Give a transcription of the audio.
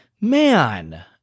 man